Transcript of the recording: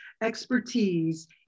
Expertise